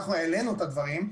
העלינו את הדברים,